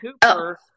Cooper